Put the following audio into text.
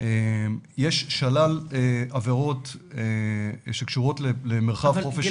יש שלל עבירות שקשורות למרחב חופש --- אבל,